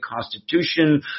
constitution